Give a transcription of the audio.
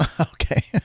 Okay